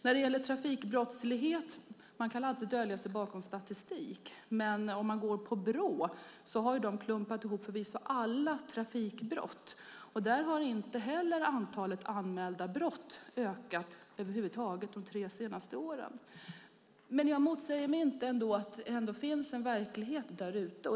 Frågan om trafikbrottslighet kan alltid döljas bakom statistik. Brå har förvisso klumpat ihop alla trafikbrott, men inte heller där har antalet anmälda brott ökat de tre senaste åren. Jag säger inte emot om att det ändå finns en verklighet där ute.